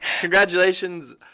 Congratulations